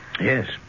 Yes